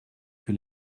que